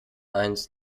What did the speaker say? eins